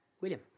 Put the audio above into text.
William